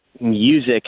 music